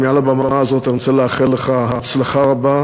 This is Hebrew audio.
מעל הבמה הזאת אני רוצה לאחל לך הצלחה רבה,